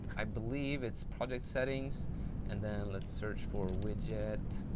i believe it's project settings and then let's search for widget.